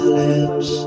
lips